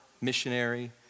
missionary